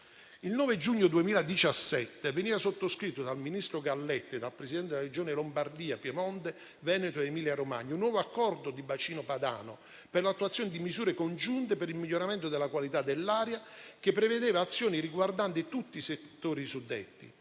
Il 9 giugno 2017 veniva sottoscritto dal ministro Galletti e dai Presidenti delle Regioni Lombardia, Piemonte, Veneto ed Emilia-Romagna un nuovo accordo di bacino padano per l'attuazione di misure congiunte per il miglioramento della qualità dell'aria, che prevedeva azioni riguardanti tutti i settori suddetti.